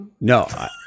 No